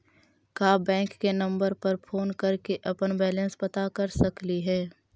का बैंक के नंबर पर फोन कर के अपन बैलेंस पता कर सकली हे?